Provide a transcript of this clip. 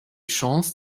chance